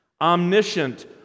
Omniscient